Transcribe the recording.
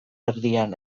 erdian